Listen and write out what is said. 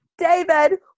David